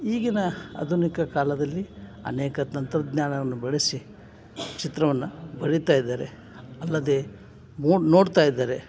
ಈಗಿನ ಆಧುನಿಕ ಕಾಲದಲ್ಲಿ ಅನೇಕ ತಂತ್ರಜ್ಞಾನವನ್ನು ಬಳಸಿ ಚಿತ್ರವನ್ನು ಬರಿತಾಯಿದ್ದಾರೆ ಅಲ್ಲದೇ ಮೋ ನೋಡ್ತಾಯಿದ್ದಾರೆ